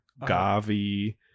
gavi